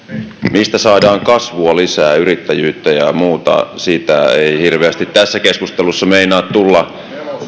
mistä saadaan lisää kasvua ja yrittäjyyttä ja ja muuta sitä ei hirveästi tässä keskustelussa meinaa tulla